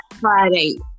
Friday